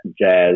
jazz